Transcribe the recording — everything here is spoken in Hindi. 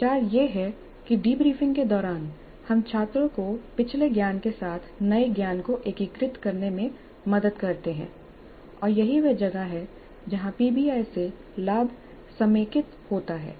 विचार यह है कि डीब्रीफिंग के दौरान हम छात्रों को पिछले ज्ञान के साथ नए ज्ञान को एकीकृत करने में मदद करते हैं और यही वह जगह है जहां पीबीआई से लाभ समेकित होता है